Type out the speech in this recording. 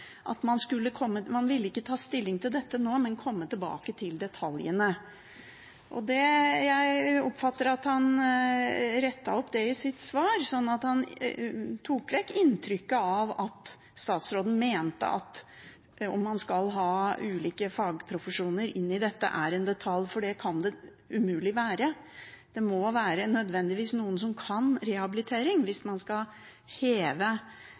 at man ikke ville ta stilling til dette nå, men komme tilbake til detaljene. Jeg oppfatter at han rettet opp det i sitt svar, slik at han tok vekk inntrykket av at statsråden mente at om man skal ha ulike fagprofesjoner inn i dette, er en detalj, for det kan det umulig være. Det må nødvendigvis være noen som kan rehabilitering – hvis man skal heve